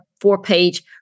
four-page